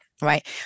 right